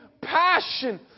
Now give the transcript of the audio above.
passion